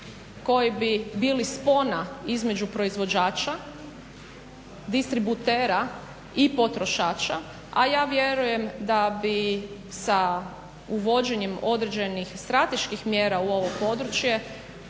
koji bi bili spona između proizvođača, distributera i potrošača, a ja vjerujem da bi sa uvođenje određenih strateških mjera u ovo područje